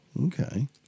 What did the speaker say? Okay